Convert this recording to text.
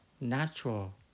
natural